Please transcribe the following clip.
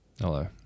Hello